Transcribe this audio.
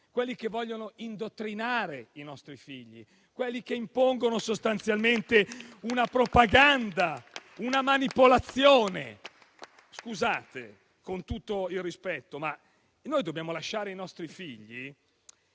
quelle che vogliono indottrinare i nostri figli; quelle che impongono sostanzialmente una propaganda, una manipolazione. Con tutto il rispetto, dobbiamo lasciare ai nostri figli